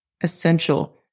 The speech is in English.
essential